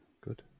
Good